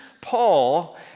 Paul